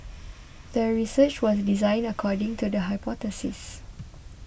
the research was designed according to the hypothesis